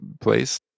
place